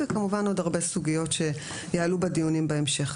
וכמובן עוד הרבה סוגיות שיעלו בדיונים בהמשך.